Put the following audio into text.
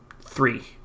three